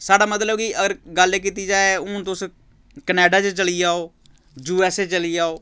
साढ़ा मतलब कि अगर गल्ल कीती जाए हून तुस कनेडा च चली जाओ यू एस ए चली जाओ